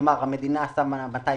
כלומר המדינה שמה 210,